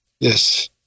Yes